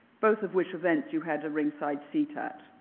both of which events you had a ring side seat at.